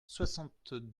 soixante